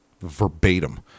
verbatim